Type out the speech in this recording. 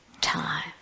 time